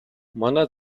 манай